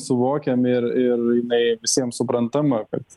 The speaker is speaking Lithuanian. suvokiam ir ir jinai visiems suprantama kad